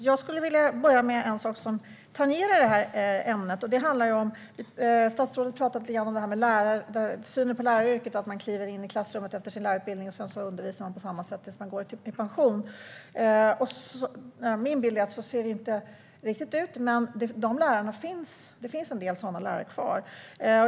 Fru talman! Jag vill börja med att tala om något som tangerar det här ämnet. Statsrådet talade lite om synen på läraryrket, om att man kliver in i klassrummet efter sin lärarutbildning och sedan undervisar på samma sätt tills man går i pension. Min bild är att det inte ser ut riktigt på det sättet. Men det finns en del sådana lärare kvar.